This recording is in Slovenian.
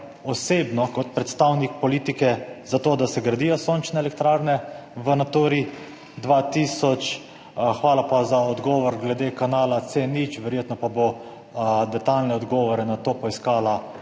osebno kot predstavnik politike za to, da se gradijo sončne elektrarne v Naturi 2000? Hvala pa za odgovor glede kanala C0, verjetno pa bo detajlne odgovore na to poiskala,